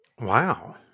wow